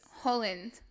Holland